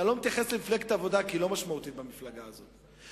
ואני לא מתייחס למפלגת העבודה כי היא לא משמעותית בממשלה הזאת,